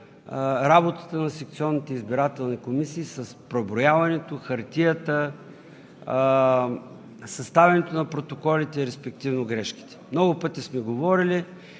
работата на секционните избирателни комисии с преброяването, хартията, съставянето на протоколите, респективно грешките. Много пъти сме говорили,